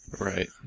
Right